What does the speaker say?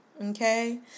okay